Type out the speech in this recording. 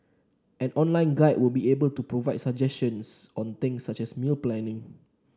an online guide will be available to provide suggestions on things such as meal planning